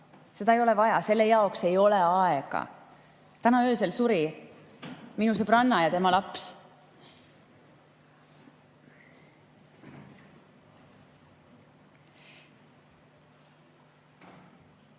seda ei ole vaja, selle jaoks ei ole aega. Täna öösel surid minu sõbranna ja tema laps.